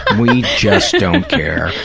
we just don't care.